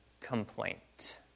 complaint